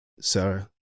Sarah